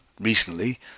recently